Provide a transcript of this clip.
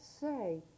say